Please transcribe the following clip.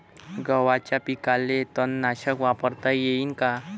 गव्हाच्या पिकाले तननाशक वापरता येईन का?